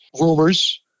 rumors